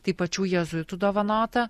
tai pačių jėzuitų dovanota